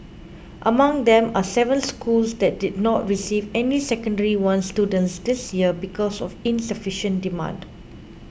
among them are seven schools that did not receive any Secondary One students this year because of insufficient demand